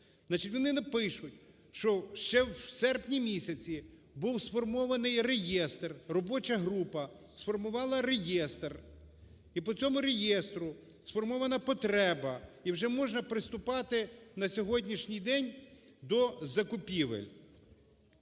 вони напишуть, що ще у серпні місяці був сформований реєстр, робоча група сформувала реєстр, і по цьому реєстру сформована потреба, і вже можна приступати на сьогоднішній день до закупівель.